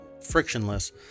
frictionless